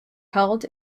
held